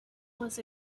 was